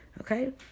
okay